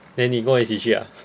then 你跟我一起去啊